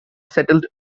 settled